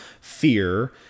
fear